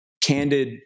candid